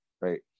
right